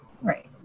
right